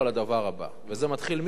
וזה מתחיל מהשבוע הבא: